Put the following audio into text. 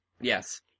Yes